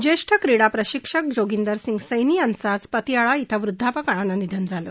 जेष्ठ क्रीडा प्रशिक्षक जोगिंदर सिंग सैनी यांचं आज पतियाळा श्वें वृद्धापकाळानं निधन झालं